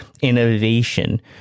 innovation